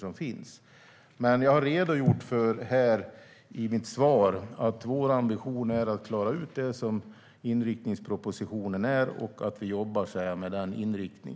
Jag har i mitt svar redogjort för att vår ambition är att klara ut det som inriktningspropositionen innebär och att vi jobbar så här med denna inriktning.